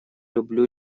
люблю